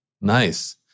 nice